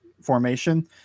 formation